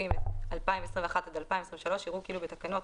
הכספים 2021 עד 2023 יראו כאילו בתקנות